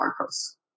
post